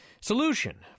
Solution